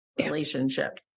relationship